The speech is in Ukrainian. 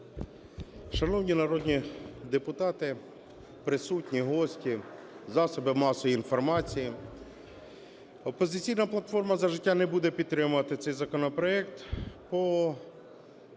Шановні народні депутати, присутні, гості, засоби масової інформації, "Опозиційна платформа - За життя" не буде підтримувати цей законопроект,